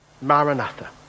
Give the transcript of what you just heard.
Maranatha